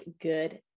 good